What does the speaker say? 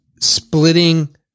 splitting